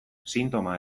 sintoma